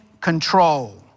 control